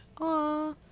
Aw